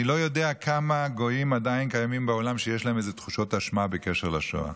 אני לא יודע כמה גויים שיש להם איזה תחושות אשמה בקשר לשואה